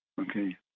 Okay